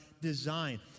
design